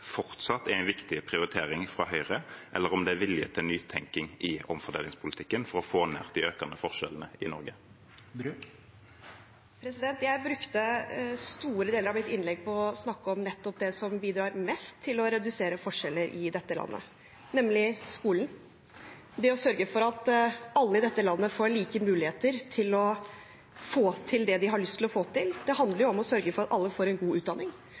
fortsatt er en viktig prioritering for Høyre, eller om det er vilje til nytenking i omfordelingspolitikken for å få ned de økende forskjellene i Norge. Jeg brukte store deler av mitt innlegg på å snakke om nettopp det som bidrar mest til å redusere forskjeller i dette landet, nemlig skolen, det å sørge for at alle i dette landet får like muligheter til å få til det de har lyst til å få til. Det handler om å sørge for at alle får en god utdanning,